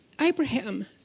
Abraham